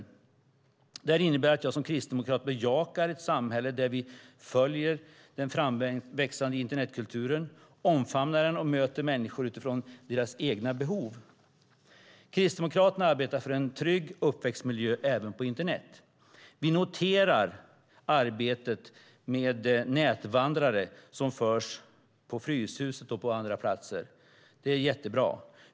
Det här innebär att jag som kristdemokrat bejakar ett samhälle där vi följer den framväxande internetkulturen, omfamnar den och möter människor utifrån deras egna behov. Kristdemokraterna arbetar för en trygg uppväxtmiljö även på internet. Vi noterar arbetet med nätvandrare som förs på Fryshuset och på andra platser. Det är jättebra.